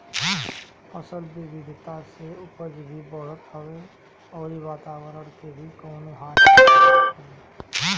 फसल विविधता से उपज भी बढ़त हवे अउरी वातवरण के भी कवनो हानि नाइ होत हवे